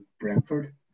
Brentford